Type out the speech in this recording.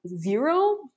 zero